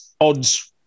odds